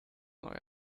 neue